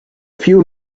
few